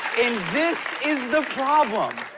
and this is the problem.